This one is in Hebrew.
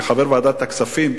כחבר ועדת הכספים,